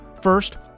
First